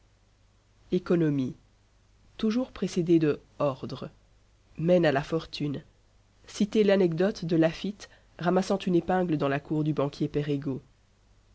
économie toujours précédé de ordre mène à la fortune citer l'anecdote de laffitte ramassant une épingle dans la cour du banquier